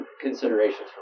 considerations